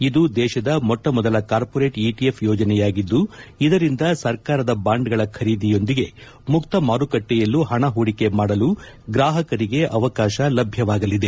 ಇದು ದೇಶದ ಮೊಟ್ಟಮೊದಲ ಕಾರ್ಪೊರೇಟ್ ಇಟಿಎಫ್ ಯೋಜನೆಯಾಗಿದ್ದು ಇದರಿಂದ ಸರ್ಕಾರದ ಬಾಂಡ್ಗಳ ಖರೀದಿಯೊಂದಿಗೆ ಮುಕ್ತ ಮಾರುಕಟ್ಟೆಯಲ್ಲೂ ಹಣ ಹೂಡಿಕೆ ಮಾಡಲು ಗ್ರಾಹಕರಿಗೆ ಅವಕಾಶ ಲಭ್ಯವಾಗಲಿದೆ